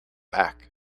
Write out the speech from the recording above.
back